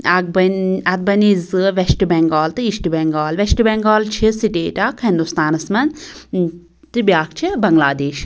اکھ بَن اتھ بنے زٕ ویٚسٹہٕ بنٛگال تہٕ ایٖسٹہٕ بنٛگال ویٚسٹہٕ بنٛگال چھِ سٹیٹ اکھ ہنٛدوستانَس مَنٛز تہٕ بیٛاکھ چھِ بنگلادیش